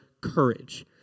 courage